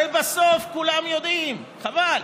הרי בסוף כולם יודעים, חבל.